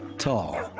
tall.